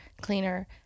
cleaner